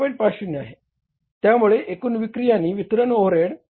50 आहे त्यामुळे एकूण विक्री आणि वितरण ओव्हरहेड 0